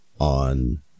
on